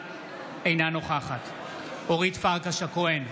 אינה נוכחת אורית פרקש הכהן,